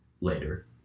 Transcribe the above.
later